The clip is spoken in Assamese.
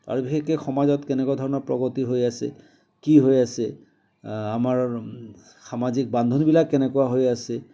আৰু বিশেষকে সমাজত কেনেকুৱা ধৰণৰ প্ৰগতি হৈ আছে কি হৈ আছে আমাৰ সামাজিক বান্ধোনবিলাক কেনেকুৱা হৈ আছে